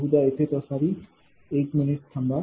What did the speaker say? बहुधा येथेच असावी एक मिनिट थांबा